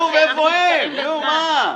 אל תבואו ותגידו לי מה הפתרון,